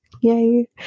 Yay